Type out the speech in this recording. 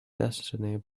destiny